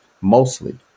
mostly